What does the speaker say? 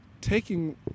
taking